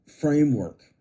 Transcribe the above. framework